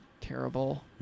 terrible